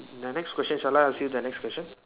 the next question shall I ask you the next question